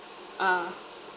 ah